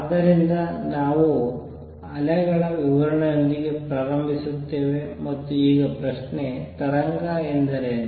ಆದ್ದರಿಂದ ನಾವು ಅಲೆಗಳ ವಿವರಣೆಯೊಂದಿಗೆ ಪ್ರಾರಂಭಿಸುತ್ತೇವೆ ಮತ್ತು ಈಗ ಪ್ರಶ್ನೆ ತರಂಗ ಎಂದರೇನು